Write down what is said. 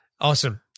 Awesome